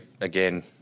again